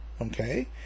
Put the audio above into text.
Okay